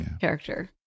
character